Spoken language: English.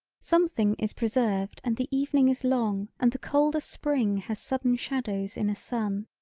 something is preserved and the evening is long and the colder spring has sudden shadows in a sun.